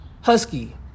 husky